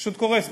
פשוט קורס.